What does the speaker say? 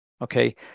okay